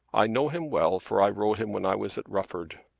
i know him well for i rode him when i was at rufford.